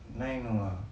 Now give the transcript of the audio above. nine no ah